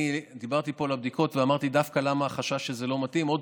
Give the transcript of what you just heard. דיברתי פה על הבדיקות ואמרתי למה החשש שזה לא מתאים: שוב,